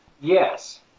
Yes